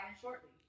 shortly